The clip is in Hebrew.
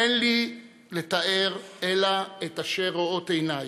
אין לי לתאר אלא את אשר רואות עיניי,